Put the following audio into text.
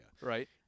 Right